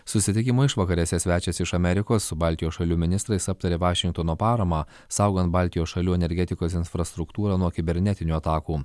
susitikimo išvakarėse svečias iš amerikos su baltijos šalių ministrais aptarė vašingtono paramą saugant baltijos šalių energetikos infrastruktūrą nuo kibernetinių atakų